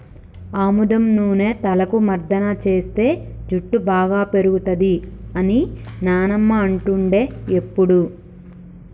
ఆముదం నూనె తలకు మర్దన చేస్తే జుట్టు బాగా పేరుతది అని నానమ్మ అంటుండే ఎప్పుడు